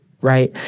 Right